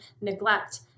neglect